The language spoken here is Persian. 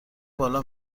بالا